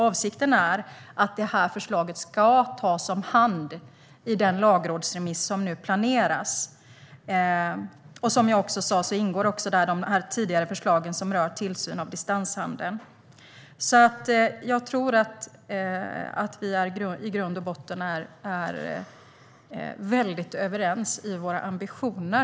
Avsikten är att förslaget ska tas om hand i den lagrådsremiss som nu planeras, och som jag sa ingår också de tidigare förslag som rör tillsyn av distanshandeln. Jag tror att vi i grund och botten är väldigt överens i våra ambitioner.